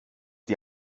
die